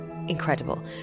Incredible